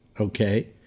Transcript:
okay